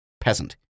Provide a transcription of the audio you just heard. peasant